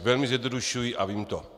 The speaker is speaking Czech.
Velmi zjednodušuji a vím to.